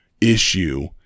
issue